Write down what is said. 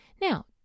Now